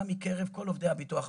גם מקרב כל עובדי הביטוח הלאומי.